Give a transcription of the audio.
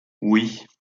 oui